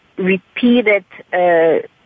Repeated